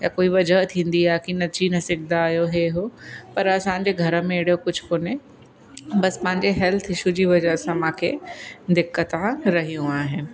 या कोई वजह थींदी आहे की नची न सघंदा आहियो इहो उहो पर असांजे घर में अहिड़ो कुझु कोन्हे बसि पंहिंजे हेल्थ इशू जी वजह सां मूंखे दिक़तां रहियूं आहिनि